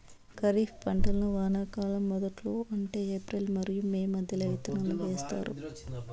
ఖరీఫ్ పంటలను వానాకాలం మొదట్లో అంటే ఏప్రిల్ మరియు మే మధ్యలో విత్తనాలు వేస్తారు